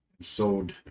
sold